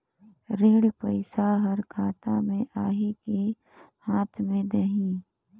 ऋण पइसा हर खाता मे आही की हाथ मे देही?